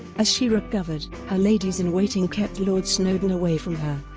as she recovered, her ladies-in-waiting kept lord snowdon away from her,